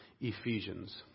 Ephesians